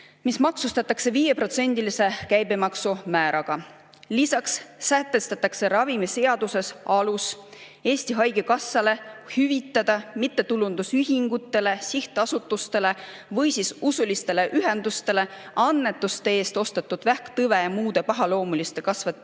mis maksustatakse 5%-lise käibemaksumääraga. Lisaks sätestatakse ravimiseaduses alus Eesti Haigekassale hüvitada mittetulundusühingutele, sihtasutusetele või usulisetele ühendustele annetuste eest ostetud vähktõve ja muude pahaloomuliste kasvajate